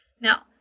Now